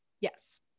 yes